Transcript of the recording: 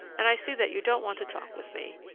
and i see that you don't want to talk with me.